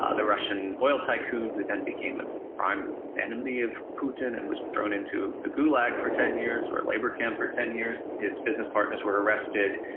ah the russian oil tycoon who then became a prime enemy of putin and was thrown into the gulag for ten years, or labor camp for ten years, his business partners were arrested,